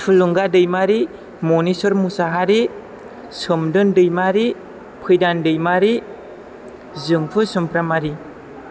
थुलुंगा दैमारि मनेस्वर मुसाहारि सोमदोन दैमारि फैदान दैमारि जोंफु सामफ्रामहारि